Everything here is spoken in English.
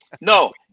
No